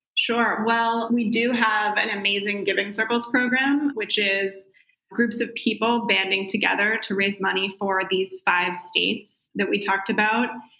well, we do have an amazing giving circles program, which is groups of people banding together to raise money for these five states that we talked about.